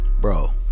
bro